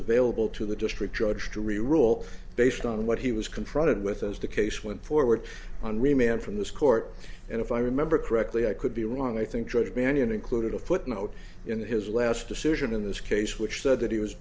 available to the district judge to rule based on what he was confronted with as the case went forward on remand from this court and if i remember correctly i could be wrong i think judge banyan included a footnote in his last decision in this case which said that he was